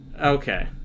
Okay